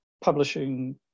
publishing